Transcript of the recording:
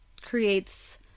creates